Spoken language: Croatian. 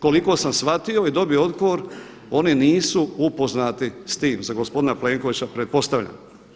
Koliko sam shvatio i dobio odgovor oni nisu upoznati s tim, za gospodina Plenkovića pretpostavljam.